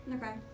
Okay